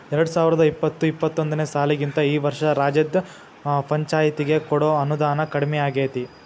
ಎರ್ಡ್ಸಾವರ್ದಾ ಇಪ್ಪತ್ತು ಇಪ್ಪತ್ತೊಂದನೇ ಸಾಲಿಗಿಂತಾ ಈ ವರ್ಷ ರಾಜ್ಯದ್ ಪಂಛಾಯ್ತಿಗೆ ಕೊಡೊ ಅನುದಾನಾ ಕಡ್ಮಿಯಾಗೆತಿ